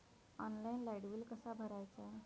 Online light bill कसा भरायचा?